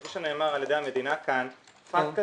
כפי שנאמר על ידי המדינה כאן פטקא